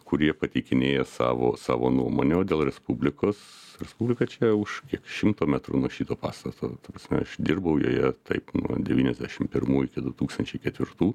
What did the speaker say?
kurie pateikinėja savo savo nuomonę o dėl respublikos respublika čia už kiek šimto metrų nuo šito pastato aš dirbau joje taip nuo devyniasdešimt pirmų iki du tūkstančiai ketvirtų